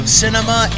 cinema